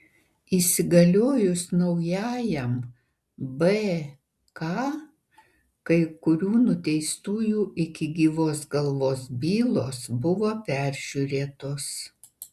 įsigaliojus naujajam bk kai kurių nuteistųjų iki gyvos galvos bylos buvo peržiūrėtos